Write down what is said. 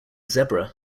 zebra